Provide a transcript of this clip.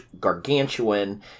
gargantuan